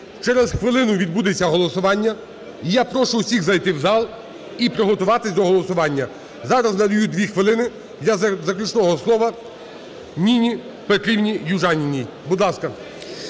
Через хвилину відбудеться голосування. І я прошу усіх зайти в зал і приготуватися до голосування. Зараз надаю дві хвилини для заключного слова Ніні Петрівні Южаніній. Будь ласка.